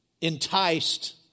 enticed